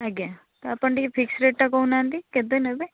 ଆଜ୍ଞା ତ ଆପଣ ଟିକେ ଫିକ୍ସ ରେଟ୍ଟା କହୁନାହାଁନ୍ତି କେତେ ନେବେ